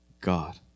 God